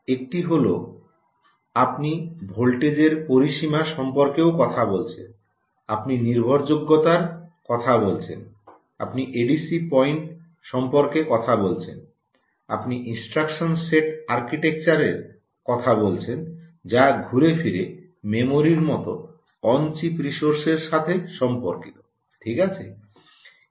একটি হল আপনি ভোল্টেজের পরিসীমা সম্পর্কেও কথা বলছেন আপনি নির্ভরযোগ্যতার কথা বলছেন আপনি এডিসি পয়েন্ট সম্পর্কে কথা বলছেন আপনি ইনস্ট্রাকশন সেট আর্কিটেকচারের কথা বলছেন যা ঘুরে ফিরে মেমরির মতো অন চিপ রিসোর্সের সাথে সম্পর্কিত ঠিক আছে